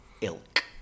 Ilk